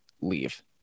leave